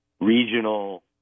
regional